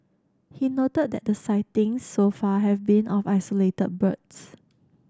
he noted that the sightings so far have been of isolated birds